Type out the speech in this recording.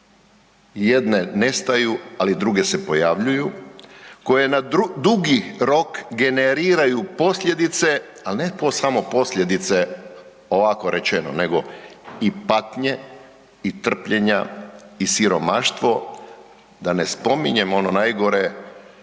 jedne nestaju, ali druge se pojavljuju koje na dugi rok generiraju posljedice, ali ne samo posljedice ovako rečeno nego i patnje, i trpljenja, i siromaštvo, da ne spominjem ono najgore,